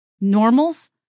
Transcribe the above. normals